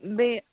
بیٚیہِ